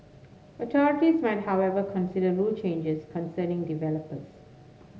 authorities might however consider rule changes concerning developers